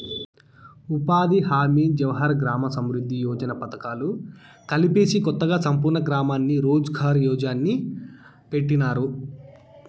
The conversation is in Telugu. ఉపాధి హామీ జవహర్ గ్రామ సమృద్ది యోజన పథకాలు కలిపేసి కొత్తగా సంపూర్ణ గ్రామీణ రోజ్ ఘార్ యోజన్ని పెట్టినారు